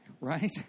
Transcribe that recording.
Right